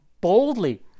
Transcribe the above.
boldly